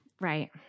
Right